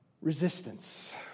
resistance